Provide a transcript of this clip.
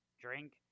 drink